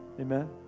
Amen